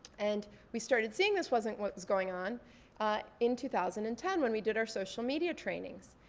and we started seeing this wasn't what was going on in two thousand and ten when we did our social media trainings.